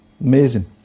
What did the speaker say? Amazing